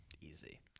Easy